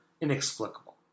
inexplicable